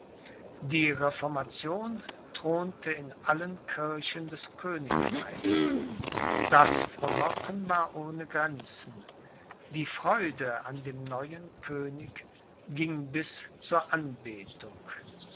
die reformation thronte in allen kirchen des königreichs das frohlocken war ohne grenzen die freude an dem neuen könig ging bis zur anbetung